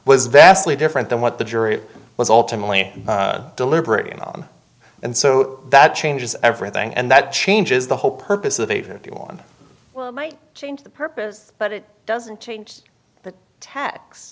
was vastly different than what the jury was alternately deliberating on and so that changes everything and that changes the whole purpose of the fifty one well might change the purpose but it doesn't change the tax